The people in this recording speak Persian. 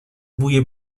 بوی